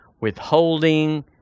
withholding